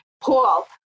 Paul